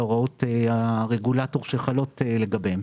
להוראות הרגולטור שחלות לגביהם.